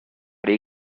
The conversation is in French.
les